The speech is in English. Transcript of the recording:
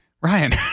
Ryan